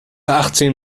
achtzehn